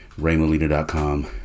raymolina.com